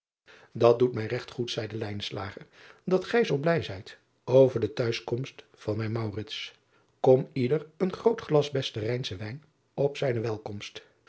at doet mij regt goed zeide dat gij zoo blij zijt over de t huis komst van mijn kom ieder een groot glas besten ijnschenwijn op zijne wellekomst